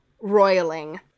roiling